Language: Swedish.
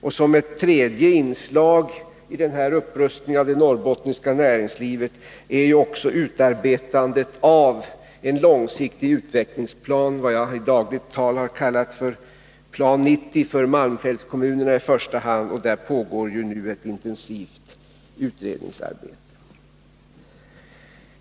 Och ett tredje inslag i den här upprustningen av det norrbottniska näringslivet är också utarbetandet av en långsiktig utvecklingsplan, som jag i dagligt tal har kallat Plan 90, för malmfältskommunerna i första hand, och där pågår nu ett intensivt utredningsarbete.